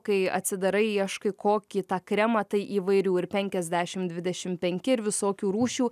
kai atsidarai ieškai kokį tą kremą tai įvairių ir penkiasdešim dvidešim penki ir visokių rūšių